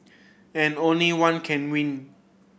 and only one can win